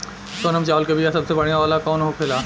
सोनम चावल के बीया सबसे बढ़िया वाला कौन होखेला?